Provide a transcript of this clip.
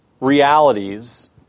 realities